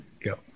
Go